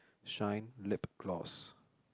shine lip gloss